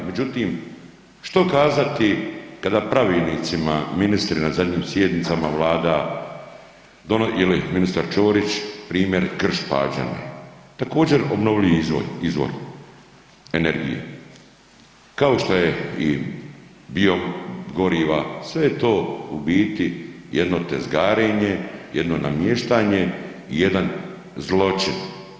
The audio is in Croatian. Međutim, što kazati kada pravilnicima ministri na zadnjim sjednicama vlada ili ministar Ćorić primjer Krš-Pađene također obnovljivi izvor energije kao šta je i biogoriva sve je to u biti jedno tezgarenje, jedno namještanje i jedan zločin.